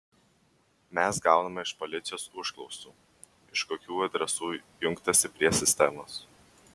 mes gauname iš policijos užklausų iš kokių adresų jungtasi prie sistemos